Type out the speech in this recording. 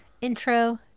intro